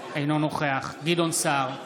אינו נוכח גדעון סער,